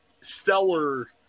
stellar